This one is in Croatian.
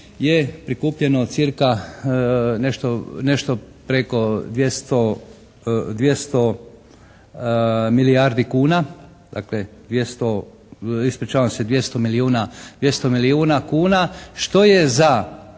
je prikupljeno cca. nešto preko 200 milijardi kuna, dakle ispričavam se 200 milijuna kuna što je za